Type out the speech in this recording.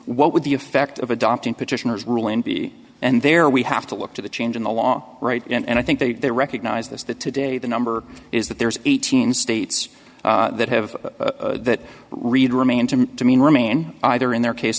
what would the effect of adopting petitioners ruling be and there we have to look to the change in the law right and i think they recognize this that today the number is that there's eighteen states that have that read remain to demean remain either in their case